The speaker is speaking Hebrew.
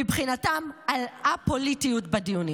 מבחינתם, על א-פוליטיות בדיונים.